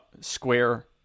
square